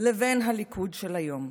לבין הליכוד של היום.